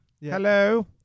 hello